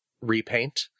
repaint